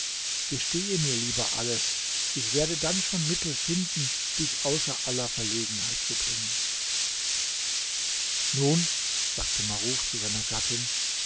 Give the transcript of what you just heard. gestehe mir lieber alles ich werde dann schon mittel finden dich außer aller verlegenheit zu bringen nun sagte maruf zu seiner gattin